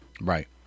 Right